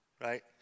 right